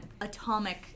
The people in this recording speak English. atomic